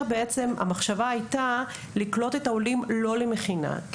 המחשבה הייתה לקלוט את העולים לא למכינה.